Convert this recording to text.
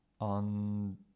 on